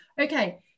Okay